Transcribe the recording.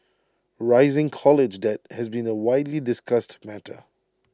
rising college debt has been A widely discussed matter